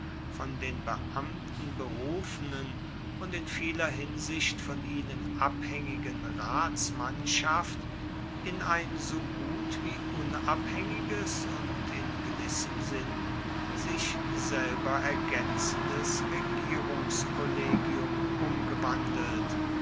von den beamten berufenen und in vieler hinsicht von ihnen abhaengigen ratsmannschaft in ein so gut wie unabhaengiges und in gewissem sinn sich selber ergaenzendes regierungskollegium umgewandelt